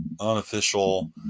unofficial